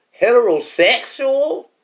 heterosexual